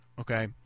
Okay